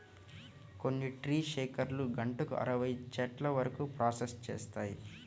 కొన్ని ట్రీ షేకర్లు గంటకు అరవై చెట్ల వరకు ప్రాసెస్ చేస్తాయి